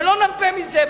ולא נרפה מזה.